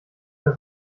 der